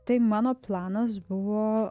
tai mano planas buvo